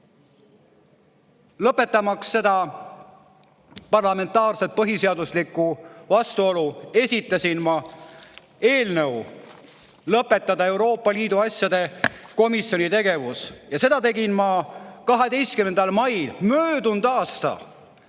Lõpetamaks seda parlamentaarset põhiseaduslikku vastuolu, esitasin ma eelnõu, et lõpetada Euroopa Liidu asjade komisjoni tegevus. Seda tegin ma 12. mail möödunud aastal.